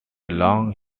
long